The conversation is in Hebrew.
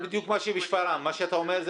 מה שאתה אומר,